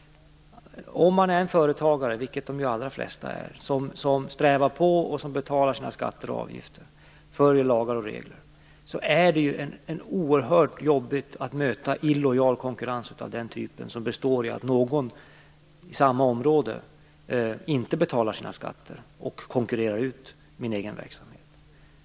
Om man är en företagare som strävar på, betalar sina skatter och avgifter och följer lagar och regler - vilket de allra flesta är - är det oerhört jobbigt att möta illojal konkurrens som består i att någon i samma område inte betalar sina skatter och konkurrerar ut ens egen verksamhet.